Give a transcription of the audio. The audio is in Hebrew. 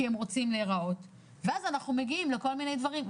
כי הם רוצים להיראות ואז אנחנו מגיעים לכל מיני דברים,